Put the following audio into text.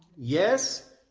yes,